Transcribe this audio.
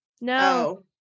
No